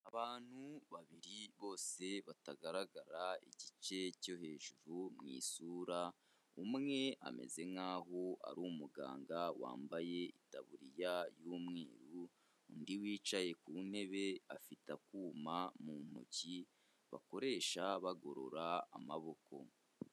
Abantu babiri bose batagaragara igice cyo hejuru mu isura, umwe ameze nkaho ari umuganga wambaye itaburiya y'umweru, undi wicaye ku ntebe afite akuma mu ntoki bakoresha bagorora amaboko.